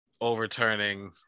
overturning